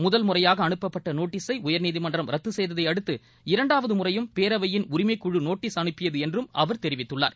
முதல் முறையாக அனுப்பப்பட்ட நோட்டீஸை உயர்நீதிமன்றம் ரத்து செய்ததை அடுத்து இரண்டாவது முறையும் பேரவையின் உரிமைக்குழு நோட்டீஸ் அனுப்பியது என்றும் அவர் தெரிவித்துள்ளார்